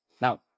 Now